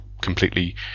completely